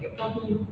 mmhmm